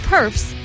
Perfs